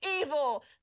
evil